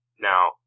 Now